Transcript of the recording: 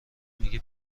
میگه